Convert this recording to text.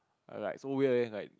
err like so weird leh it's like